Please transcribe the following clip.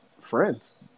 friends